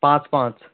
पांच पांच